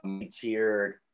tiered